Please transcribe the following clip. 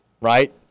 right